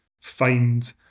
find